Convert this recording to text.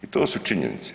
I to su činjenice.